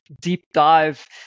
deep-dive